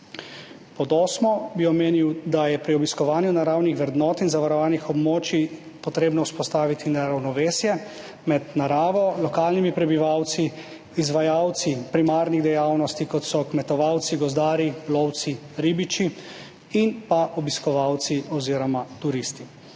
Pod osmo bi omenil, da je pri obiskovanju naravnih vrednot in zavarovanih območij potrebno vzpostaviti ravnovesje med naravo, lokalnimi prebivalci, izvajalci primarnih dejavnosti, kot so kmetovalci, gozdarji, lovci, ribiči, in obiskovalci oziroma turisti.